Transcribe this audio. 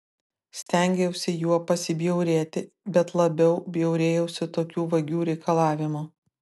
stengiausi juo pasibjaurėti bet labiau bjaurėjausi tokiu vagių reikalavimu